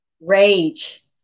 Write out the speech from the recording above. Rage